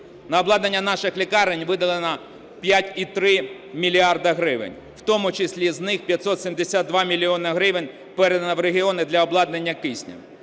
На обладнання наших лікарень виділено 5,3 мільярда гривень, в тому числі з них 572 мільйони гривень передано в регіони для обладнання киснем.